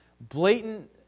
blatant